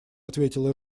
ответила